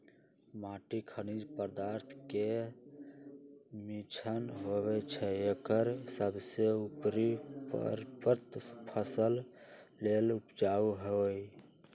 माटी खनिज पदार्थ के मिश्रण होइ छइ एकर सबसे उपरी परत फसल लेल उपजाऊ होहइ